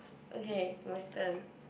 okay my turn